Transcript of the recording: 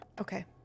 Okay